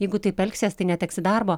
jeigu taip elgsies tai neteksi darbo